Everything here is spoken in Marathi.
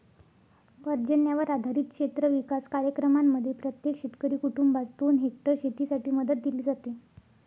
पर्जन्यावर आधारित क्षेत्र विकास कार्यक्रमांमध्ये प्रत्येक शेतकरी कुटुंबास दोन हेक्टर शेतीसाठी मदत दिली जाते